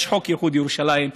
יש חוק איחוד ירושלים,